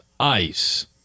ice